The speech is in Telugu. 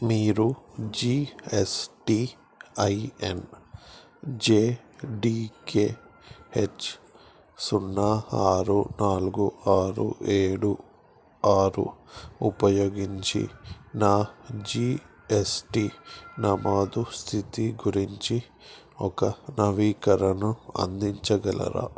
మీరు G S T I N J D K H సున్నా ఆరు నాలుగు ఆరు ఏడు ఆరు ఉపయోగించి నా జీ ఎస్ టీ నమోదు స్థితి గురించి ఒక నవీకరణ అందించగలరా